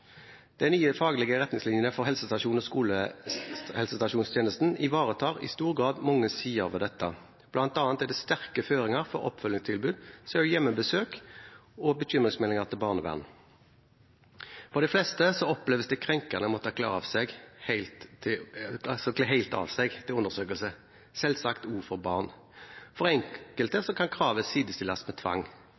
De nye faglige retningslinjene for helsestasjons- og skolehelsetjenesten ivaretar i stor grad mange sider ved dette. Blant annet er det sterke føringer for oppfølgingstilbud, som hjemmebesøk og bekymringsmeldinger til barnevernet. For de fleste oppleves det krenkende å måtte kle helt av seg for en undersøkelse, selvsagt også for barn. For enkelte kan kravet sidestilles med tvang.